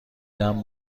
دهم